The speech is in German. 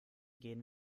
gehen